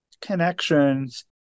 connections